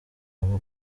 b’u